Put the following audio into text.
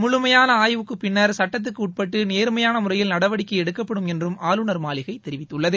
முழுமையான ஆய்வுக்குப் பின்னா் சட்டத்துக்கு உட்பட்டு நேர்மையான முறையில் நடவடிக்கை எடுக்கப்படும் என்றும் ஆளுநர் மாளிகை தெரிவித்துள்ளது